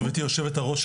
גברתי היושבת-ראש,